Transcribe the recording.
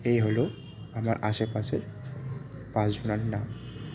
এই হলো আমার আশেপাশের পাঁচ জানার নাম